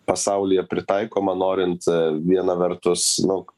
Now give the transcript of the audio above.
pasaulyje pritaikoma norint viena vertus nu